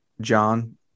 John